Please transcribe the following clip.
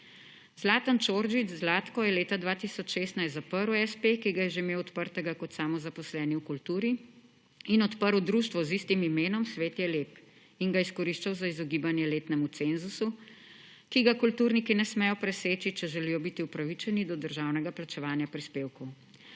Zlatan Čordić Zlatko je leta 2016 zaprl espe, ki ga je že imel odprtega kot samazaposleni v kulturi, in odprl Društvo z istim imenom, Svet je lep, in ga je izkoriščal za izogibanje letnemu cenzusu, ki ga kulturniki ne smejo preseči, če želijo biti upravičeni do državnega plačevanja prispevkov.